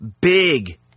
big